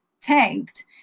tanked